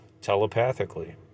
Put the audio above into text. telepathically